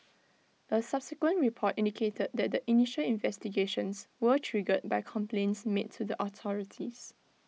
A subsequent report indicated that the initial investigations were triggered by complaints made to the authorities